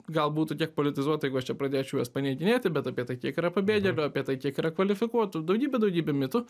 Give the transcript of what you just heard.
gal būtų kiek politizuota jei aš čia pradėčiau juos paneiginėti bet apie tai kiek yra pabėgėlių apie tai kiek yra kvalifikuotų daugybė daugybė mitų